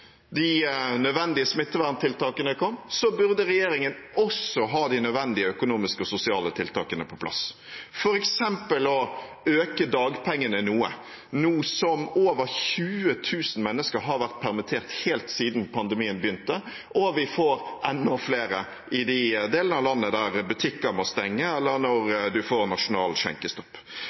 de nødvendige smitteverntiltakene kom, burde regjeringen også ha de nødvendige økonomiske og sosiale tiltakene på plass, f.eks. å øke dagpengene noe, nå som over 20 000 mennesker har vært permittert helt siden pandemien begynte, og vi får enda flere i de delene av landet der butikker må stenge, eller når vi får nasjonal skjenkestopp.